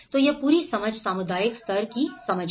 तो यह पूरी समझ सामुदायिक स्तर की समझ है